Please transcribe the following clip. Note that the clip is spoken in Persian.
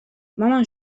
مامان